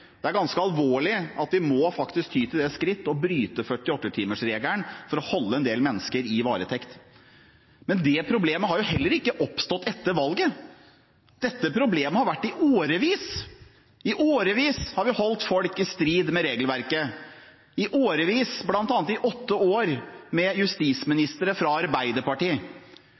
Det er ganske alvorlig at vi faktisk må ty til det skritt å bryte 48-timersregelen for å holde en del mennesker i varetekt. Men det problemet har jo heller ikke oppstått etter valget, dette problemet har vart i årevis. I årevis har vi holdt folk i strid med regelverket – i årevis, bl.a. i åtte år med justisministere fra Arbeiderpartiet.